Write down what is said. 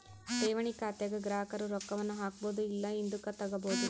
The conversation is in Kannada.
ಠೇವಣಿ ಖಾತೆಗ ಗ್ರಾಹಕರು ರೊಕ್ಕವನ್ನ ಹಾಕ್ಬೊದು ಇಲ್ಲ ಹಿಂದುಕತಗಬೊದು